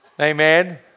Amen